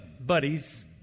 buddies